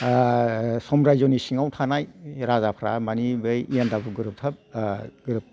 समराज्योनि सिङाव थानाय राजाफ्रा मानि बै इयानदाबु गोरोबथा ओह गोरोब